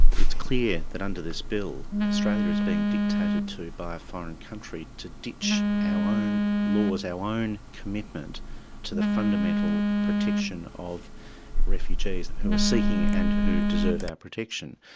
it's clear that under this bill australia is being dictated to by a foreign country to ditch our own laws, our own commitment to the fundamental protection of refugees who are seeking and who deserve our protection.